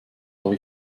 habe